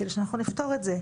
כדי שאנחנו נפתור את זה.